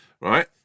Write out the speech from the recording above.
Right